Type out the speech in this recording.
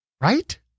Right